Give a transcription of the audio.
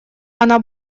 она